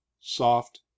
soft